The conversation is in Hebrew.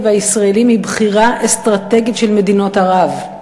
והישראלים היא בחירה אסטרטגית של מדינות ערב,